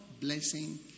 blessing